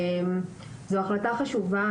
זו החלטה חשובה.